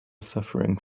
suffering